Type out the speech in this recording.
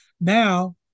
now